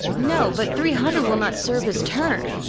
no but three hundred will not serve his turn.